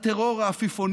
את טרור העפיפונים.